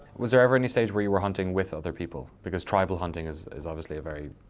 was there ever any stage where you were hunting with other people, because tribal hunting is is obviously a very,